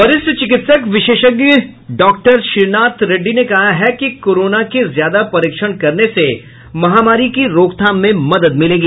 वरिष्ठ चिकित्सा विशेषज्ञ डॉक्टर के श्रीनाथ रेड्डी ने कहा है कि कोरोना के ज्यादा परीक्षण करने से महामारी के रोकथाम में मदद मिलेगी